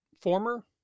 former